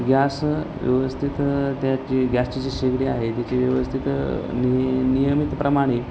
gas व्यवस्थित त्याची गॅसची जी शेगडी आहे त्याची व्यवस्थित नि नियमितप्रमाणे